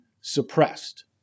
suppressed